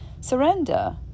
surrender